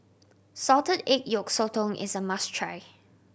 salted egg yolk sotong is a must try